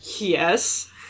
Yes